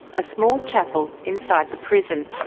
a small chapel inside the prison.